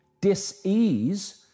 dis-ease